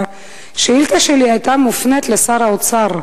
השאילתא שלי היתה מופנית לשר האוצר.